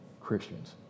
Christians